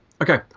Okay